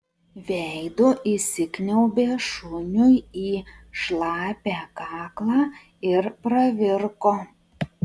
veidu įsikniaubė šuniui į šlapią kaklą ir pravirko